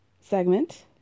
segment